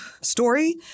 story